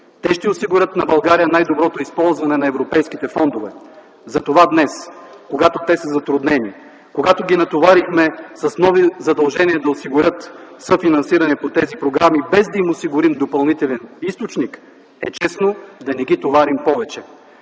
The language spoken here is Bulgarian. те ще осигурят на България най-добро използване на европейските фондове. Затова днес, когато те са затруднени, когато ги натоварихме с нови задължения да осигурят съфинансиране по тези програми, без да им осигурим допълнителен източник, е честно да не ги товарим повече.